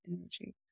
energy